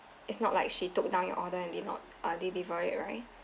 it's not like she took down your order and did not uh deliver it right